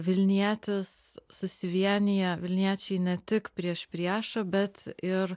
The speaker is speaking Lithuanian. vilnietis susivieniję vilniečiai ne tik prieš priešą bet ir